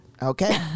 Okay